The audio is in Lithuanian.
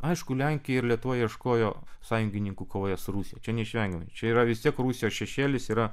aišku lenkija ir lietuva ieškojo sąjungininkų kovoje su rusija čia neišvengiamai čia yra vis tiek rusijos šešėlis yra